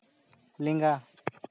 ᱞᱮᱸᱜᱟ